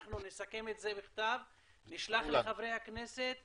נסכם את זה בכתב, נשלח לחברי הכנסת.